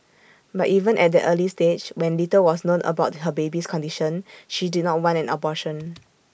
but even at that early stage when little was known about her baby's condition she did not want an abortion